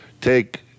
take